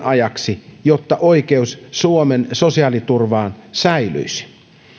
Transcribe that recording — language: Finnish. ajaksi jotta oikeus suomen sosiaaliturvaan säilyisi